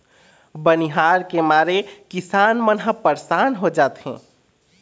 बनिहार के मारे किसान मन ह परसान हो जाथें